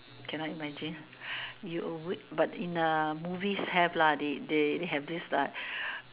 cannot imagine you awake but in the movies have lah they they have this like